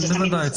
בוודאי.